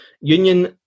Union